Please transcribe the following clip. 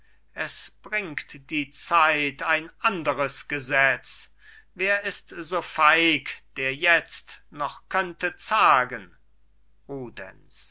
es bringt die zeit ein anderes gesetz wer ist so feig der jetzt noch könnte zagen